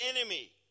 enemy